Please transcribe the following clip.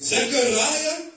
Zechariah